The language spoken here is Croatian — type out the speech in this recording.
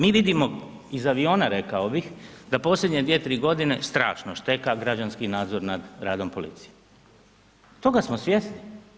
Mi vidimo iz aviona, rekao bih, da posljednje 2-3 godine strašno šteka građanski nadzor nad radom policije, toga smo svjesni.